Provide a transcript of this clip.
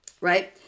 Right